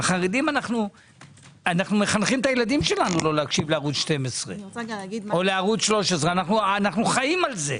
אנו מחנכים את הילדים שלנו לא להקשיב לערוץ 12 או 13. אנו חיים על זה.